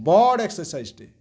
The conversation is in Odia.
ବଡ଼ ଏକ୍ସରସାଇଜଟେ